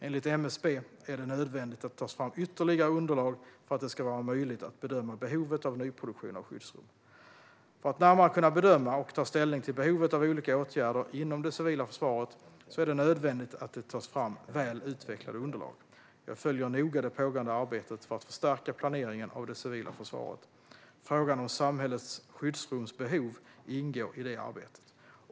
Enligt MSB är det nödvändigt att det tas fram ytterligare underlag för att det ska vara möjligt att bedöma behovet av nyproduktion av skyddsrum. För att närmare kunna bedöma och ta ställning till behovet av olika åtgärder inom det civila försvaret är det nödvändigt att det tas fram väl utvecklade underlag. Jag följer noga det pågående arbetet för att stärka planeringen av det civila försvaret. Frågan om samhällets skyddsrumsbehov ingår i det arbetet.